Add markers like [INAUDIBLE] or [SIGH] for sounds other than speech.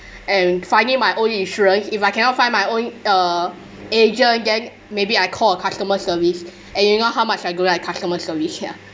and finding my own insurance if I cannot find my own uh agent then maybe I call a customer service [BREATH] and you know how much I don't like customer service ya